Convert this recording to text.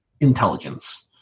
intelligence